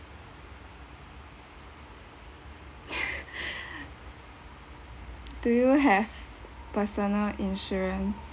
do you have personal insurance